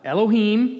Elohim